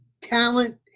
talent